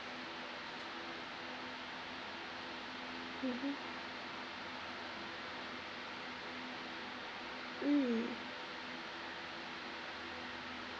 mmhmm mm